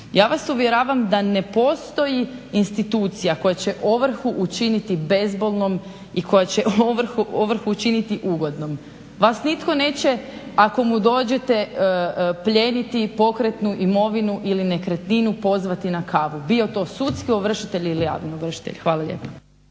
Ja vas uvjeravam da ne postoji institucija koja će ovrhu učiniti bezbolnom i koja će ovrhu učiniti ugodnom. Vas nitko neće ako mu dođete plijeniti pokretnu imovinu ili nekretninu pozvati na kavu bio to sudski ovršitelj ili javni ovršitelj. Hvala lijepo.